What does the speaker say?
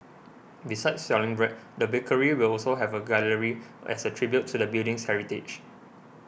besides selling bread the bakery will also have a gallery as a tribute to the building's heritage